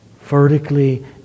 vertically